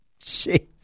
Jeez